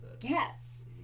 Yes